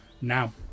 Now